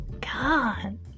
god